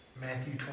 Matthew